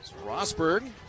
Rosberg